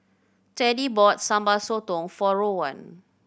Teddie bought Sambal Sotong for Rowan